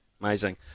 amazing